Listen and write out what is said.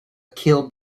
keel